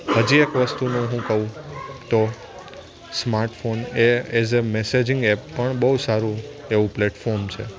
હજી એક વસ્તુનું હું કહુ તો સ્માર્ટફોન એ એઝ અ મેસેજિંગ એપ પણ બહુ સારું એવું પ્લેટફોર્મ છે